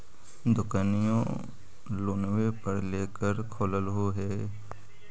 दोकनिओ लोनवे पर लेकर खोललहो हे?